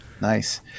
Nice